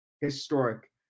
Historic